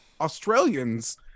Australians